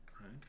right